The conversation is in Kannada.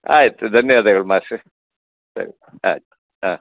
ಆಯಿತು ಧನ್ಯವಾದಗಳು ಮಾಷ್ಟರೇ ಸರಿ ಆಯಿತು ಆಂ